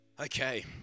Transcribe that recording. Okay